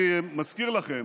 אני מזכיר לכם